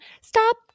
Stop